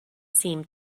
seemed